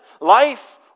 life